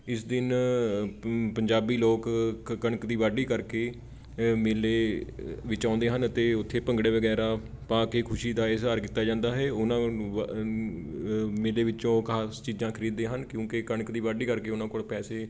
ਇਸ ਦਿਨ ਪ ਪੰਜਾਬੀ ਲੋਕ ਕ ਕਣਕ ਦੀ ਵਾਢੀ ਕਰਕੇ ਅ ਮੇਲੇ ਵਿੱਚ ਆਉਂਦੇ ਹਨ ਅਤੇ ਉੱਥੇ ਭੰਗੜੇ ਵਗੈਰਾ ਪਾ ਕੇ ਖੁਸ਼ੀ ਦਾ ਇਜ਼ਹਾਰ ਕੀਤਾ ਜਾਂਦਾ ਹੈ ਉਹਨਾਂ ਮੇਲੇ ਵਿੱਚੋਂ ਖ਼ਾਸ ਚੀਜ਼ਾਂ ਖਰੀਦਦੇ ਹਨ ਕਿਉਂਕਿ ਕਣਕ ਦੀ ਵਾਢੀ ਕਰਕੇ ਉਹਨਾਂ ਕੋਲ ਪੈਸੇ